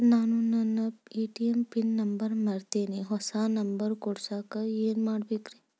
ನಾನು ನನ್ನ ATM PIN number ಮರ್ತೇನ್ರಿ, ಹೊಸಾ ನಂಬರ್ ಕುಡಸಾಕ್ ಏನ್ ಮಾಡ್ಬೇಕ್ರಿ?